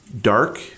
dark